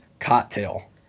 cocktail